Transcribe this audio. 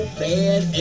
bad